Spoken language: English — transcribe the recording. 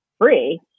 free